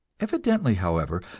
evidently, however,